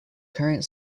current